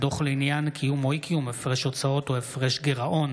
בעניין תיקון טעות בחוק ההתייעלות